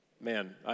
man